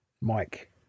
mike